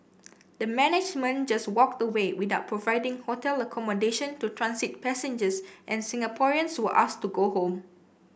the management just walked away without providing hotel accommodation to transit passengers and Singaporeans were asked to go home